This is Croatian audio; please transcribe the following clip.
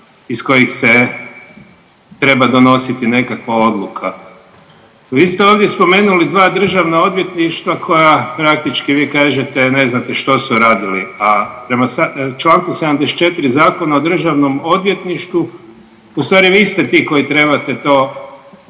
iz kojih se treba donositi nekakva odluka. Vi ste ovdje spomenuli dva državna odvjetništva koja praktički, vi kažete, ne znate što su radili. A prema članku 74. Zakona o državnom odvjetništvu, u stvari vi ste ti koji trebate to kontrolirati,